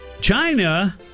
China